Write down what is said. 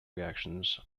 reactions